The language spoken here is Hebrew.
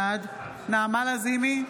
בעד נעמה לזימי,